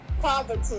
poverty